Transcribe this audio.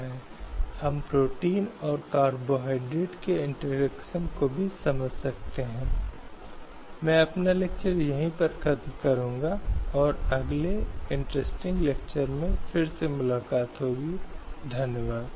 और इस आधार पर कोई अनुचित प्रतिबंध नहीं हो सकता है कि वह एक ऐसी महिला है जिसे इनमें से किसी भी स्वतंत्रता के लिए रखा जा सकता है